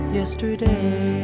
yesterday